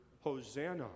Hosanna